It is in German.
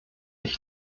ich